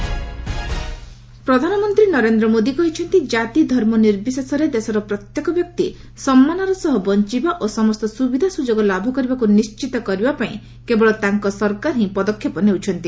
prime minister ପ୍ରଧାନମନ୍ତ୍ରୀ ନରେନ୍ଦ୍ର ମୋଦି କହିଛନ୍ତି କାତି ଧର୍ମ ନିର୍ବିଶେଷରେ ଦେଶର ପ୍ରତ୍ୟେକ ବ୍ୟକ୍ତି ସମ୍ମାନର ସହ ବଞ୍ଚବା ଓ ସମସ୍ତ ସ୍ରବିଧା ସୁଯୋଗ ଲାଭ କରିବାକୁ ନିର୍ଜିତ କରିବା ପାଇଁ କେବଳ ତାଙ୍କ ସରକାର ହିଁ ପଦକ୍ଷେପ ନେଉଛନ୍ତି